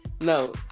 No